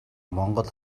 монгол